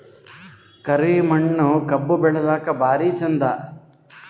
ಕರಿ ಮಣ್ಣು ಕಬ್ಬು ಬೆಳಿಲ್ಲಾಕ ಭಾರಿ ಚಂದ?